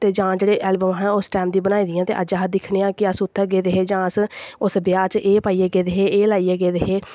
ते जां जेह्ड़ी ऐलवम असें उस टैम दियां बनाई दियां ते अज्ज अस दिक्खने आं अस उत्थै गेदे हे जां अस उस ब्याह् च एह् पाइयै गेदे हे एह् लाइयै गेदे हे